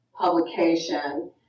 publication